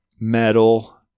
metal